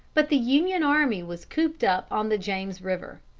but the union army was cooped up on the james river.